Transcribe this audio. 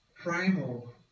primal